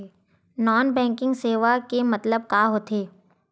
Non banking सेवा के मतलब का होथे?